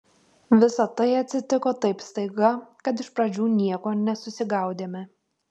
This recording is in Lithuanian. visa tai atsitiko taip staiga kad iš pradžių nieko nesusigaudėme